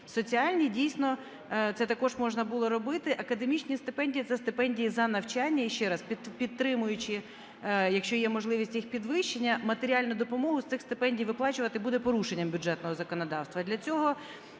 соціальні, дійсно, це також можна було робити. Академічні стипендії – це стипендії за навчання, і ще раз, підтримуючи, якщо є можливість, їх підвищення, матеріальну допомогу з цих стипендій виплачувати буде порушенням бюджетного законодавства.